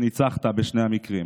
שניצחת בשני המקרים".